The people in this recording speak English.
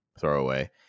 throwaway